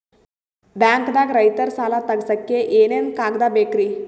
ಬ್ಯಾಂಕ್ದಾಗ ರೈತರ ಸಾಲ ತಗ್ಸಕ್ಕೆ ಏನೇನ್ ಕಾಗ್ದ ಬೇಕ್ರಿ?